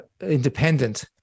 independent